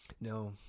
No